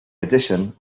addition